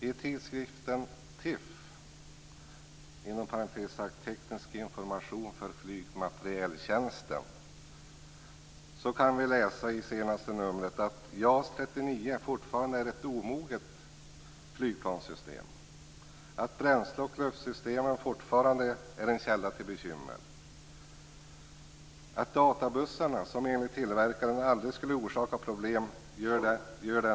I det senaste numret av tidskriften TIFF, om teknisk information för flygmaterieltjänsten, kan vi läsa att JAS 39 fortfarande är ett omoget flygplanssystem, att bränsle och luftsystem fortfarande är en källa till bekymmer, att databussarna som enligt tillverkaren aldrig skulle orsaka problem ändå gör det.